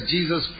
Jesus